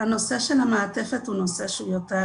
הנושא של המעטפת הוא נושא שהוא יותר